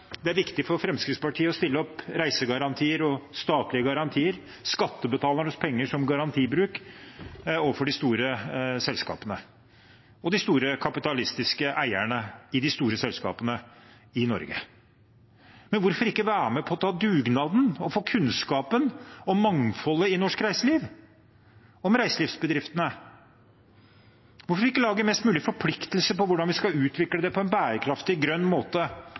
det er viktig for Fremskrittspartiet å stille reisegarantier og statlige garantier – skattebetalernes penger – overfor de store selskapene og de store kapitalistiske eierne i de store selskapene i Norge, men hvorfor ikke være med på å ta dugnaden og få kunnskap om mangfoldet i norsk reiseliv og om reiselivsbedriftene? Hvorfor ikke legge mest mulig forpliktelse i hvordan vi skal utvikle det på en bærekraftig, grønn måte